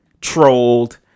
trolled